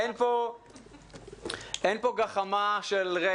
אני רוצה להזכיר לכולם, אין פה גחמה של רגע.